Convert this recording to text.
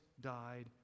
died